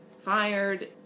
fired